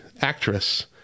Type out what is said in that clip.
actress